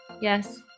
yes